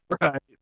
Right